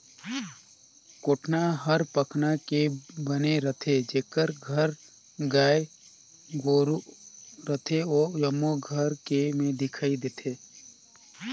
कोटना हर पखना के बने रथे, जेखर घर गाय गोरु रथे ओ जम्मो के घर में दिखइ देथे